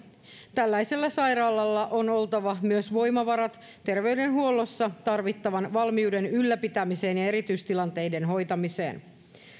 tällaisella sairaalalla on oltava myös voimavarat terveydenhuollossa tarvittavan valmiuden ylläpitämiseen ja erityistilanteiden hoitamiseen